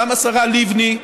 גם השרה לבני,